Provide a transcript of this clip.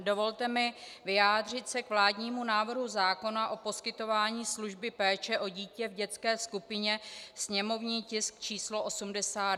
Dovolte mi vyjádřit se k vládnímu návrhu zákona o poskytování služby péče o dítě v dětské skupině, sněmovní tisk číslo 82.